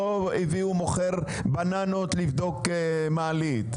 לא הביאו מוכר בננות לבדוק מעלית.